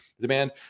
demand